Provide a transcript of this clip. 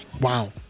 Wow